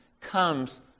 comes